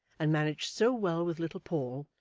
and managed so well with little paul,